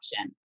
option